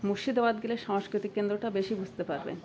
মুর্শিদাবাদ গেলে সাংস্কৃতিক কেন্দ্রটা বেশি বুঝতে পারবেন